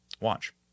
Watch